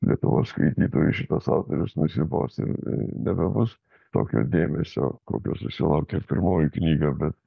lietuvos skaitytojui šitas autorius nusibos ir nebebus tokio dėmesio kokio susilaukė pirmoji knyga bet